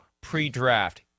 pre-draft